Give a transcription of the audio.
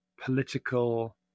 political